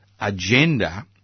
agenda